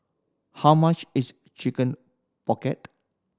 how much is Chicken Pocket